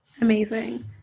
Amazing